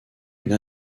une